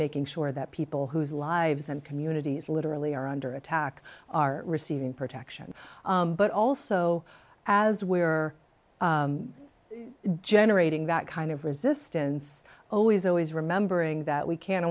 making sure that people whose lives and communities literally are under attack are receiving protection but also as we are generating that kind of resistance always always remembering that we can